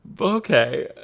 Okay